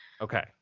Okay